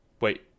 wait